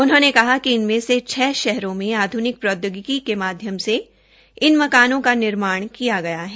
उन्होंने कहा इिनमें से छः शहरों में आधूनिक प्रौद्योगिकी के माध्यम से इन मकानों का निर्माण किया गया है